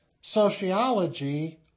sociology